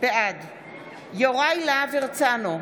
בעד יוראי להב הרצנו,